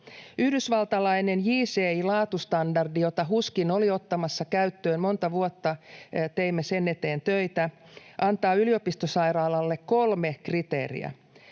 Yhdysvaltalainen JCI-laatustandardi, jota HUSkin oli ottamassa käyttöön — monta vuotta teimme sen eteen töitä —, antaa yliopistosairaalalle kolme kriteeriä.